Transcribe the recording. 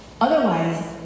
Otherwise